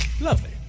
Lovely